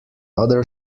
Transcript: other